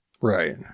Right